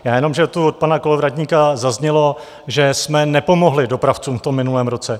Já jenom, že tu od pana Kolovratníka zaznělo, že jsme nepomohli dopravcům v minulém roce.